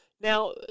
Now